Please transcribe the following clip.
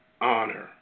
honor